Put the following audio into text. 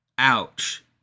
ouch